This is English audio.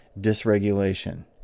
dysregulation